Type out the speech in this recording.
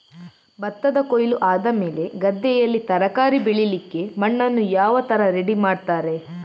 ಭತ್ತದ ಕೊಯ್ಲು ಆದಮೇಲೆ ಗದ್ದೆಯಲ್ಲಿ ತರಕಾರಿ ಬೆಳಿಲಿಕ್ಕೆ ಮಣ್ಣನ್ನು ಯಾವ ತರ ರೆಡಿ ಮಾಡ್ತಾರೆ?